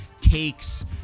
takes